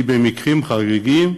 במקרים חריגים,